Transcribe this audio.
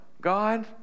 God